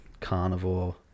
carnivore